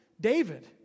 David